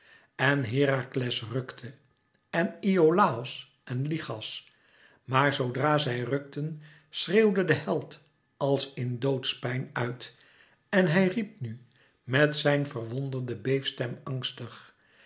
en herakles rùkte en iolàos en lichas maar zoodra zij rukten schreeuwde de held als in doodspijn uit en hij riep nu met zijn verwonderde beefstem angstig